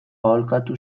aholkatu